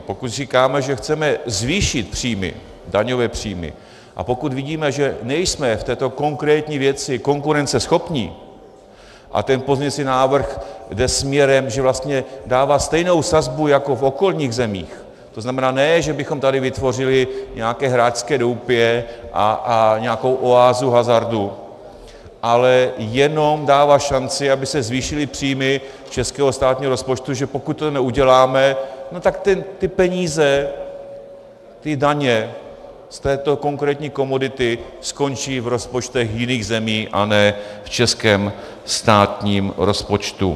Pokud říkáme, že chceme zvýšit daňové příjmy, a pokud vidíme, že nejsme v této konkrétní věci konkurenceschopní, a ten pozměňovací návrh jde směrem, že vlastně dává stejnou sazbu jako v okolních zemích, to znamená, ne že bychom tady vytvořili nějaké hráčské doupě a nějakou oázu hazardu, ale jenom dává šanci, aby se zvýšily příjmy českého státního rozpočtu, protože pokud to neuděláme, tak ty peníze, ty daně z této konkrétní komodity skončí v rozpočtech jiných zemí a ne v českém státním rozpočtu.